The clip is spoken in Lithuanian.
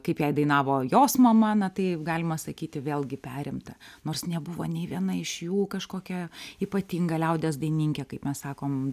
kaip jai dainavo jos mama na taip galima sakyti vėlgi perimta nors nebuvo nei viena iš jų kažkokia ypatinga liaudies dainininkė kaip mes sakom